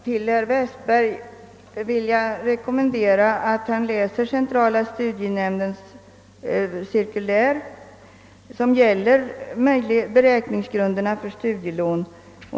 Herr talman! Jag vill rekommendera herr Westberg att läsa centrala studienämndens cirkulär om beräkningsgrunderna för studielån.